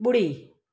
ॿुड़ी